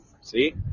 See